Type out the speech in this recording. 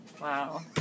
Wow